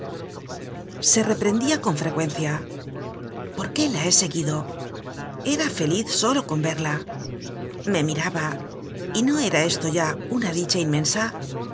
se reprendia con frecuencia por qué la he seguido era feliz solo con verla me miraba y no era esto ya una dicha inmensa